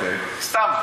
סתם,